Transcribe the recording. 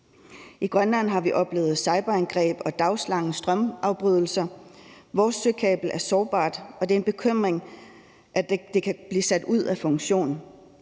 I Grønland har vi oplevet cyberangreb og daglange strømafbrydelser. Vores søkabel er sårbart, og det er en bekymring, at det kan blive sat ud af funktion.